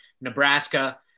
Nebraska